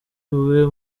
bube